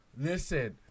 Listen